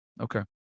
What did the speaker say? okay